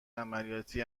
عملیاتی